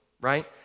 right